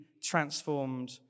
transformed